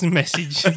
message